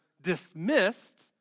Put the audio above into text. dismissed